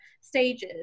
stages